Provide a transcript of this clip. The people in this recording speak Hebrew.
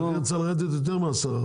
--- אז המחיר צריך לרדת ביותר מ-10%.